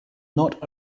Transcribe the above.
not